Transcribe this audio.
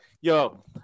Yo